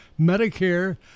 Medicare